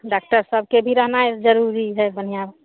doctor सबके भी रहनाइ जरूरी हइ बढ़िआँ